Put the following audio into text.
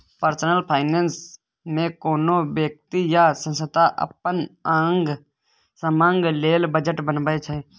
personal finance मे कोनो बेकती या संस्था अपन आंग समांग लेल बजट बनबै छै